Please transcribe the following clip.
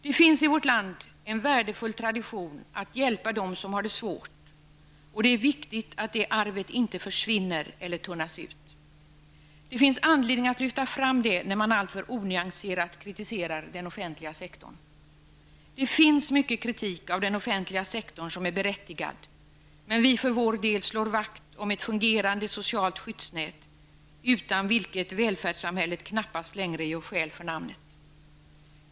Det finns i vårt land en värdefull tradition att hjälpa dem som har det svårt, och det är viktigt att det arvet inte försvinner eller tunnas ut. Det finns anledning att lyfta fram det när man alltför onyanserat kritiserar den offentliga sektorn. Det finns mycket kritik av den offentliga sektorn som är berättigad, men vi för vår del slår vakt om ett fungerande socialt skyddsnät, utan vilket välfärdssamhället knappast längre gör skäl för namnet.